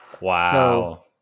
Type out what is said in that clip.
Wow